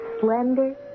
slender